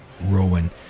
Rowan